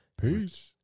Peace